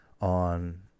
on